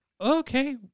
Okay